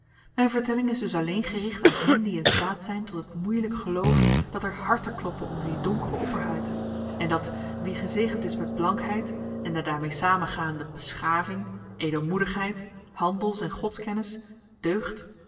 myn vertelling is dus alleen gericht aan hen die in staat zyn tot het moeielyk geloof dat er harten kloppen onder die donkere opperhuid en dat wie gezegend is met blankheid en de daarmee samengaande beschaving edelmoedigheid handels en godskennis deugd